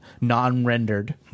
non-rendered